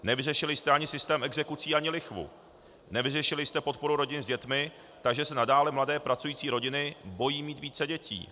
Nevyřešili jste ani systém exekucí ani lichvu, nevyřešili jste podporu rodin s dětmi, takže se nadále mladé pracující rodiny bojí mít více dětí.